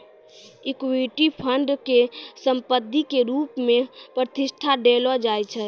equity fund के संपत्ति के रुप मे प्रतिष्ठा देलो जाय छै